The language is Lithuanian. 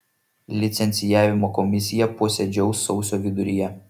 licencijavimo komisija posėdžiaus sausio viduryje